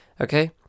okay